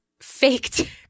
faked